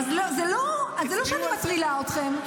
אז זה לא שאני מטרילה אתכם.